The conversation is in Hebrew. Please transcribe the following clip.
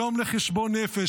יום לחשבון נפש.